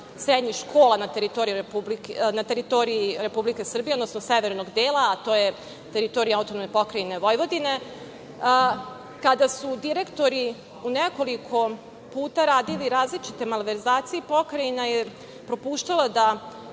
srednjih škola na teritoriji Republike Srbije, odnosno severnog dela, a to je teritorija Autonomne pokrajine Vojvodine, kada su direktori u nekoliko puta radili različite malverzacije, Pokrajina je propuštala da